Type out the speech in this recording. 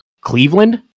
Cleveland